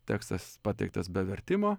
tekstas pateiktas be vertimo